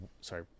sorry